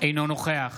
אינו נוכח